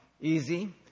easy